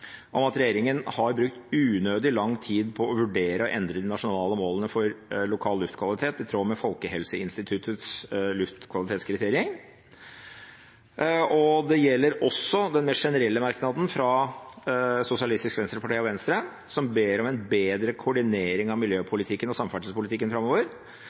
om at regjeringen har brukt unødig lang tid på å vurdere å endre de nasjonale målene for luftkvalitet i tråd med Folkehelseinstituttets luftkvalitetskriterier. Det gjelder også den mer generelle merknaden fra Sosialistisk Venstreparti og Venstre, hvor man ber om en bedre koordinering av miljøpolitikken og samferdselspolitikken framover,